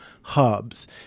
hubs